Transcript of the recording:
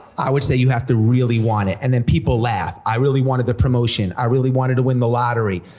i would say, you have to really want it, and then people laugh. i really wanted the promotion, i really wanted to win the lottery,